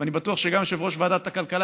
ואני בטוח שגם יושב-ראש ועדת הכלכלה,